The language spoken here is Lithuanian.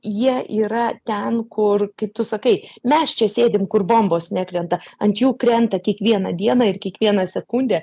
jie yra ten kur kaip tu sakai mes čia sėdim kur bombos nekrenta ant jų krenta kiekvieną dieną ir kiekvieną sekundę